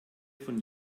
von